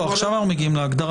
לא, עכשיו אנחנו מגיעים להגדרה.